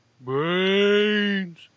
Brains